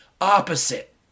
opposite